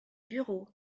bureaux